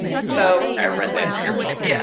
so i read that in your book! yeah